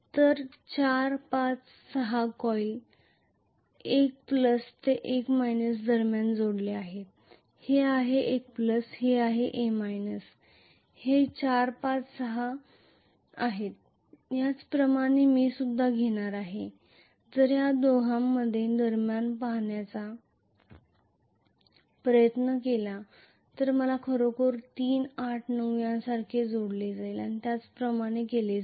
तर 4 5 आणि 6 कॉइल 1 ते 1 दरम्यान जोडलेले आहेत हे आहे 1 हे 1 आहे हे 4 5 6 आहे त्याच प्रमाणे मीसुद्धा घेणार आहे जर या दोहोंच्या दरम्यान पहाण्याचा प्रयत्न केला तर मला खरोखर 3 8 9 यासारखे जोडले जाईल आणि त्याप्रमाणे केले जाईल